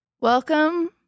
Welcome